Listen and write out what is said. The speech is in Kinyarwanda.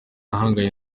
ahanganye